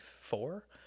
four